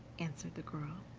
answered the girl.